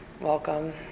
welcome